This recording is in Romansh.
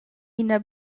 ina